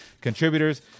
contributors